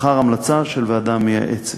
לאחר המלצה של ועדה מייעצת.